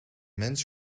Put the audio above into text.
mens